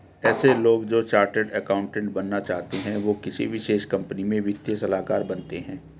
ऐसे लोग जो चार्टर्ड अकाउन्टन्ट बनना चाहते है वो किसी विशेष कंपनी में वित्तीय सलाहकार बनते हैं